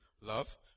love